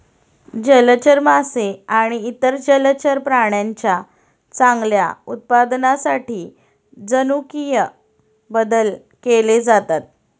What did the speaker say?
जलचर मासे आणि इतर जलचर प्राण्यांच्या चांगल्या उत्पादनासाठी जनुकीय बदल केले जातात